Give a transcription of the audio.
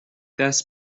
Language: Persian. دست